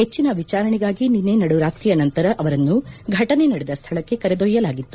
ಹೆಚ್ಚನ ವಿಚಾರಣೆಗಾಗಿ ನಿನ್ನೆ ನಡುರಾತ್ರಿಯ ನಂತರ ಅವರನ್ನು ಘಟನೆ ನಡೆದ ಸ್ಥಳಕ್ಕೆ ಕರೆದೊಯ್ದಲಾಗಿತ್ತು